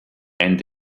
and